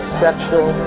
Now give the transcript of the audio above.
sexual